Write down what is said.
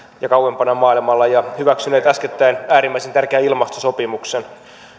ja kauempana maailmalla ja hyväksyneet äskettäin äärimmäisen tärkeän ilmastosopimuksen